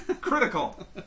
Critical